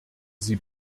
sie